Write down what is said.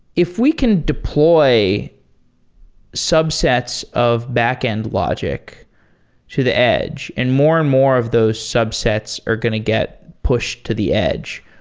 if we can deploy a subsets of backend logic to the edge and more and more of those subsets are going to get pushed to the edge,